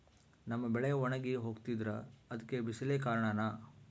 ನಮ್ಮ ಬೆಳೆ ಒಣಗಿ ಹೋಗ್ತಿದ್ರ ಅದ್ಕೆ ಬಿಸಿಲೆ ಕಾರಣನ?